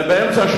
ובאמצע,